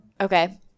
okay